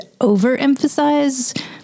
overemphasize